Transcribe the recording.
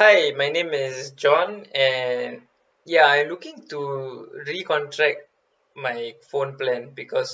hi my name is john and ya I'm looking to recontract my phone plan because